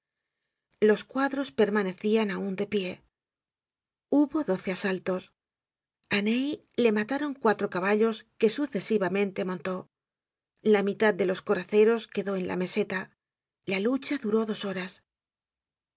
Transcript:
los cuadros permanecian aun de pie hubo doce asaltos a ney le matarou cuatro caballos que sucesivamente montó la mitad de los coraceros quedó en la meseta la lucha duró dos horas el